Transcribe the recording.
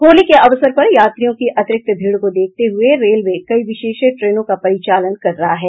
होली के अवसर पर यात्रियों की अतिरिक्त भीड़ को देखते हुए रेलवे कई विशेष ट्रेनों का परिचालन कर रहा है